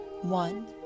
one